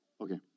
Okay